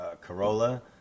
Corolla